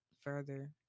further